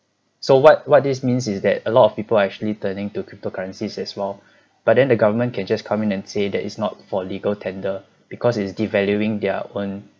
so what what this means is that a lot of people actually turning to cryptocurrencies as well but then the government can just come in and say that is not for legal tender because it's devaluing their own